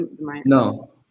no